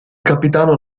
capitano